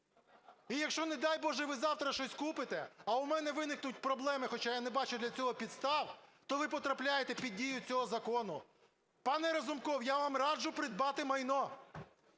І якщо ви, не дай Боже, ви завтра щось купите, а у мене виникнуть проблеми, хоча я не бачу для цього підстав, то ви потрапляєте під дію цього закону. Пане Разумков, я вам раджу придбати майно.